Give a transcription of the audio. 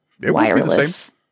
wireless